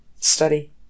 study